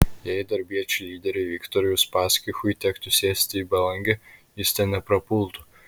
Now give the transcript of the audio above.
jei darbiečių lyderiui viktorui uspaskichui tektų sėsti į belangę jis ten neprapultų